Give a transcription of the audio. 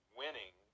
winning